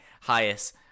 highest